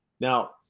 Now